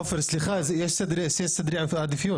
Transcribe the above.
ואליד אלהואשלה